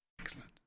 Excellent